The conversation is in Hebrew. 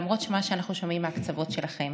למרות מה שאנחנו שומעים מהקצוות שלכם,